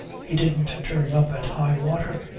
he didn't turn up at high water.